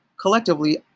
collectively